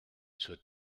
zur